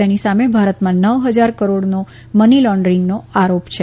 તેની સામે ભારતમાં નવ હજાર કરોડનો મની લોન્ડરીનો આરોપ છે